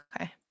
okay